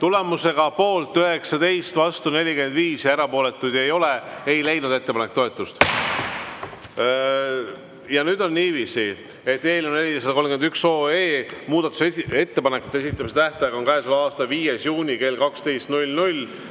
Tulemusega poolt 19, vastu 45 ja erapooletuid ei ole, ei leidnud ettepanek toetust. Ja nüüd on niiviisi, et eelnõu 431 muudatusettepanekute esitamise tähtaeg on käesoleva aasta 5. juuni kell 12.